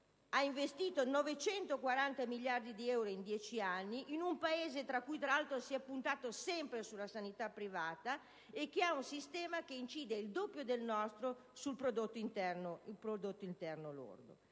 ha investito 940 miliardi di euro in dieci anni, in un Paese in cui tra l'altro si è sempre puntato sulla sanità privata e che ha un sistema che incide il doppio del nostro sul prodotto interno lordo.